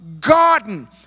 garden